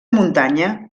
muntanya